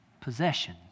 possession